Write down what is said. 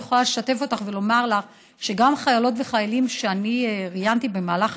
אני יכולה לשתף אותך ולומר לך שגם חיילות וחיילים שראיינתי במהלך